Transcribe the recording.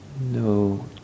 No